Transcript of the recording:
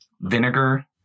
Vinegar